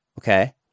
Okay